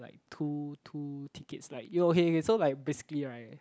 like two two tickets like okay so like basically right